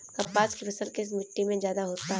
कपास की फसल किस मिट्टी में ज्यादा होता है?